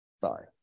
sorry